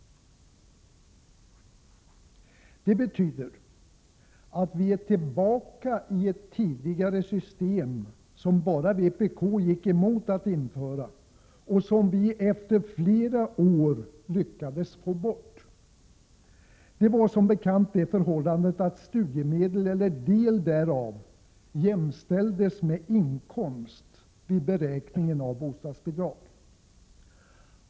Detta betyder att vi är tillbaka i ett tidigare system som bara vpk gick emot och som vi efter flera år lyckades få bort. Det var, som bekant, det förhållandet att studiemedel eller del därav jämställdes med inkomst vid beräkning av bostadsbidrag.